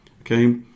Okay